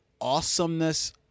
Awesomeness